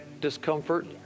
discomfort